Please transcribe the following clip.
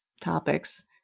topics